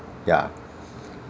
ya